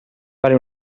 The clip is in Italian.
fare